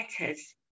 letters